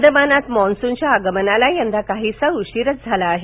बंदमानात मान्सूनच्या आगमनाला यंदा काहीसा उशीरच झाला आहे